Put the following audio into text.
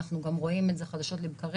לצערי, אנחנו גם רואים את זה חדשות לבקרים.